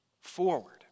forward